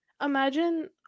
imagine